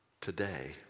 today